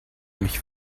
mich